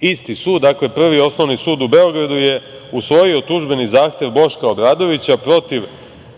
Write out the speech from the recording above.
isti sud, dakle, Prvi osnovni sud u Beogradu je usvojio tužbeni zahtev Boška Obradovića protiv